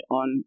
on